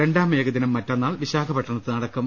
രണ്ടാം ഏകദിനം മറ്റ ന്നാൾ വിശാഖപട്ടണത്ത് നടക്കും